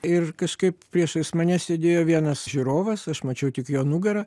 ir kažkaip priešais mane sėdėjo vienas žiūrovas aš mačiau tik jo nugarą